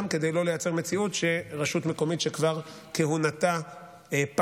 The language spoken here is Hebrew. גם כדי לא לייצר מציאות שרשות מקומית שכהונתה כבר